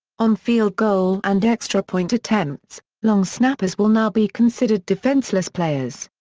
on field goal and extra point attempts, long snappers will now be considered defenseless players.